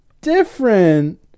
different